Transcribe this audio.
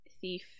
thief